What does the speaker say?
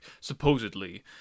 supposedly